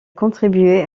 contribué